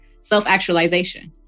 self-actualization